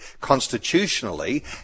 constitutionally